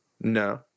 No